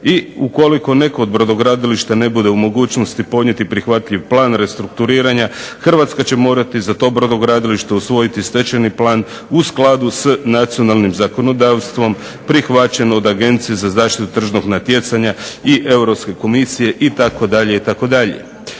i ukoliko neko od brodogradilišta ne bude u mogućnosti podnijeti prihvatljiv plan restrukturiranja Hrvatska će morati za to brodogradilište usvojiti stečajni plan u skladu s nacionalnim zakonodavstvom prihvaćen od Agencije za zaštitu tržišnog natjecanja i Europske komisije itd., itd.